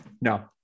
No